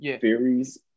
theories